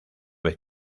vez